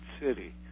city